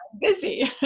busy